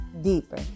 deeper